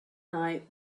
night